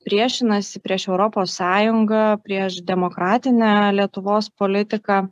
priešinasi prieš europos sąjungą prieš demokratinę lietuvos politiką